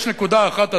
יש נקודה אחת,